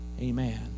Amen